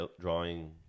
drawing